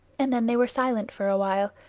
and then they were silent for a while,